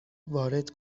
وارد